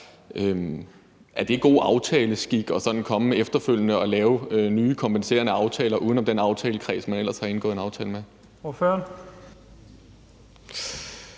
Er det er god aftaleskik at komme efterfølgende og lave nye kompenserende aftaler uden om den aftalekreds, man ellers har indgået en aftale med? Kl.